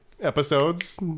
episodes